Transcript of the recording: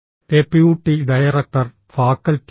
deputy director ഫാക്കൽറ്റിയുമാണ്